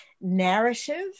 narrative